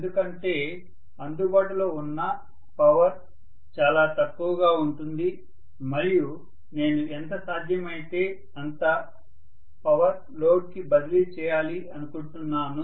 ఎందుకంటే అందుబాటులో ఉన్న పవర్ చాలా తక్కువగా ఉంటుంది మరియు నేను ఎంత సాధ్యమైతే అంత పవర్ లోడ్కి బదిలీ చేయాలి అనుకుంటున్నాను